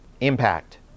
impact